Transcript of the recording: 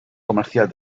comercial